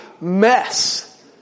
mess